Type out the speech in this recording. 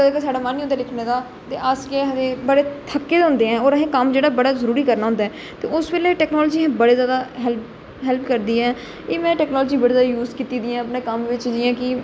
कदें कदें साढ़ा मन नेई होंदा बोलने दा लिखने दा अस के्ह आक्खदे बडे़ थक्के दे होंदे ऐ और असें कम्म जेहड़ा बड़ा जरुरी करना होंदा ते उस वेल्ले टेक्नोलाॅजी दा बड़ा ज्यादा हैल्प करदी ऐ एह् में टेक्नोलाॅजी बड़ी जय्दा यूज कीती दी ऐ अपने कम्म बिच जियां कि